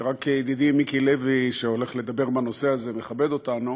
שרק ידידי מיקי לוי שהולך לדבר בנושא הזה מכבד אותנו,